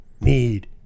need